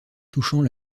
touchant